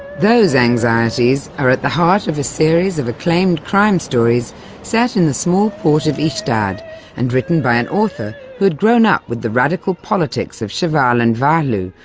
those anxieties are at the heart of a series of acclaimed crime stories set in the small port of ystad and written by an author who had grown up with the radical politics of sjowall and wahloo,